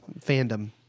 fandom